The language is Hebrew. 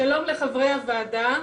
שלום לחברי הוועדה.